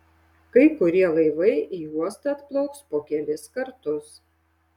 kai kurie laivai į uostą atplauks po kelis kartus